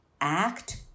act